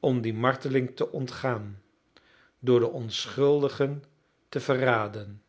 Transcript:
om die marteling te ontgaan door de onschuldigen te verraden